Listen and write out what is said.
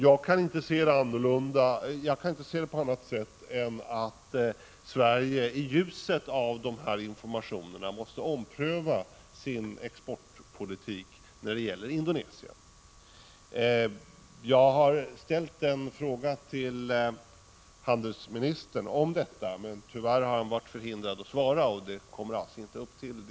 Jag kan inte se det på något annat sätt än att Sverige i ljuset av dessa informationer måste ompröva sin exportpolitik när det gäller Indonesien. Jag har ställt en fråga till utrikeshandelsministern om detta. Men tyvärrhar — Prot. 1985/86:157 han varit förhindrad att svara på den.